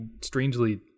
strangely—